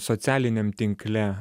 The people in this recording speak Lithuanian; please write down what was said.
socialiniam tinkle